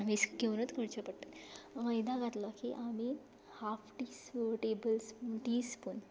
विस्क घेवनूत करचें पडटलें मैदा घातलो की आमी half teaspoon tablespoon tea spoon